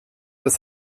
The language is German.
das